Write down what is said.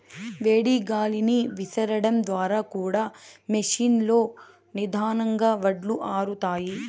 వేడి గాలిని విసరడం ద్వారా కూడా మెషీన్ లో నిదానంగా వడ్లు ఆరుతాయి